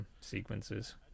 Sequences